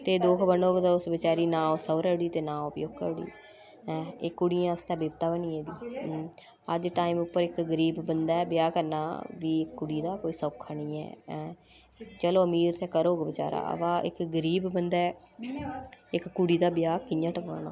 ते दुक्ख बनोग ते उस बचारी ना ओह् सौह्रे ओड़ी ना ओह् प्योकै ओड़ी ऐं एह् कुड़ियें आस्तै बिपता बनी गेदी अज्ज टाइम उप्पर इक गरीब बंदै ब्याह् करना बी कुड़ी दा कोई सौक्खा नी ऐ ऐं चलो अमीर ते करग बचारा अवा इक गरीब बंदै इक कुड़ी दा ब्याह् कि'यां टपाना